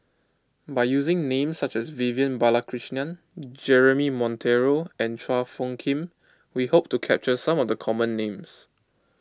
by using names such as Vivian Balakrishnan Jeremy Monteiro and Chua Phung Kim we hope to capture some of the common names